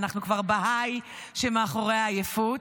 ואנחנו כבר בהיי שמאחורי העייפות,